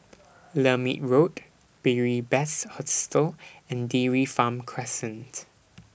Lermit Road Beary Best Hostel and Dairy Farm Crescent